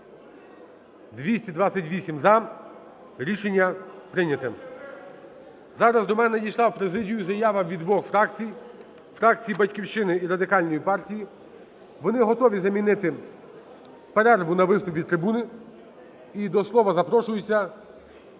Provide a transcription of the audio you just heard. За-228 Рішення прийнято. Зараз до мене надійшла в президію заява від двох фракцій: фракції "Батьківщина" і Радикальної партії. Вони готові замінити перерву на виступ з трибуни. І до слова запрошується